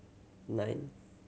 nine